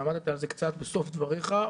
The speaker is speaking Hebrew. ועמדת על זה קצת בסוף דבריך,